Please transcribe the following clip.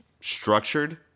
structured